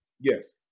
Yes